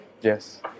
Yes